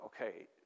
okay